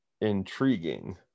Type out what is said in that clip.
intriguing